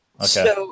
Okay